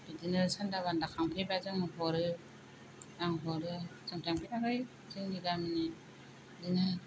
बिदिनो सान्दा बान्दा खांफैबा जों हरो आं हरो सानफ्रामबो थांखायो जोंनि गामिनि बिदिनो